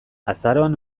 azaroan